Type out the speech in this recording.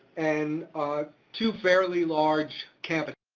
and two fairly large campuses,